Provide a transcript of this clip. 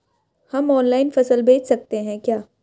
हम ऑनलाइन फसल बेच सकते हैं क्या?